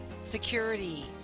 security